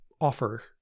offer